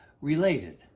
related